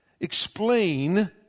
Explain